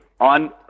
on